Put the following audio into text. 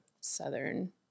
southern